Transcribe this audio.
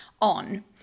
on